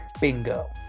Bingo